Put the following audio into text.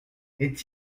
est